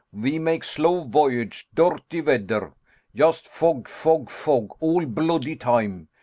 ve make slow voyage dirty vedder yust fog, fog, fog, all bloody time!